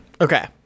okay